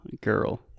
girl